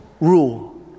rule